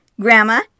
grandma